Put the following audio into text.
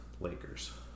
Lakers